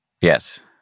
Yes